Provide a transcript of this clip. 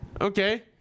Okay